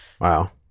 Wow